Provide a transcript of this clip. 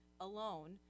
alone